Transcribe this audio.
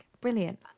Brilliant